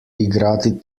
igrati